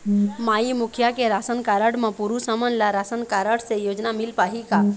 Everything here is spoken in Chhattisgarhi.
माई मुखिया के राशन कारड म पुरुष हमन ला राशन कारड से योजना मिल पाही का?